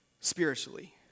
spiritually